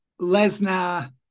Lesnar